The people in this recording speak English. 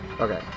Okay